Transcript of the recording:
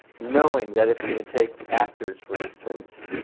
knowing that it's going to take actors, for instance,